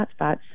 hotspots